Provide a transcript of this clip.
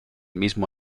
mismo